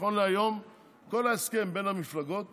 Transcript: נכון להיום, כל ההסכם בין המפלגות